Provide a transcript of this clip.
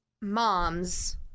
moms